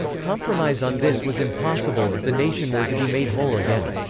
compromise on this was impossible if the nation were to be made whole again.